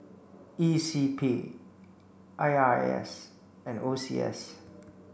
E C P I R A S and O C S